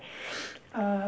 uh